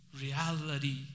Reality